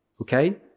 okay